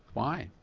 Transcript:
why?